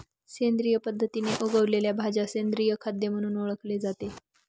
सेंद्रिय पद्धतीने उगवलेल्या भाज्या सेंद्रिय खाद्य म्हणून ओळखले जाते